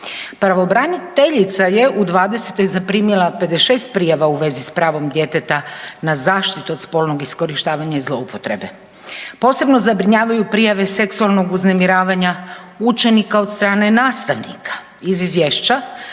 Pravobraniteljica je u '20.-toj zaprimila 56 prijava u vezi s pravom djeteta na zaštitu od spolnog iskorištavanja i zloupotrebe. Posebno zabrinjavaju prijave seksualnog uznemiravanja učenika od strane nastavnika iz izvješća